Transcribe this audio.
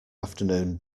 afternoon